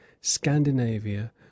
Scandinavia